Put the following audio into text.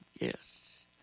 yes